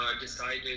decided